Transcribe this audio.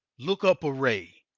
look-up array.